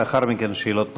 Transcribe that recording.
לאחר מכן, שאלות נוספות.